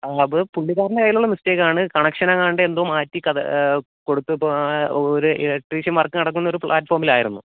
അത് പുള്ളിക്കാരൻ്റെ കയ്യിലുള്ള മിസ്റ്റേക്ക് ആണ് കണക്ഷനെങ്ങാണ്ട് എന്തോ മാറ്റി കൊടുത്തു ഇപ്പോൾ ഒരു ഇലക്ട്രീഷൻ വർക്ക് നടക്കുന്ന ഒരു പ്ലാറ്റ്ഫോമിലായിരുന്നു